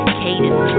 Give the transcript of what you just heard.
cadence